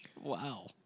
Wow